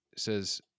says